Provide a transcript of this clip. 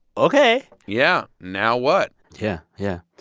ok yeah, now what? yeah, yeah.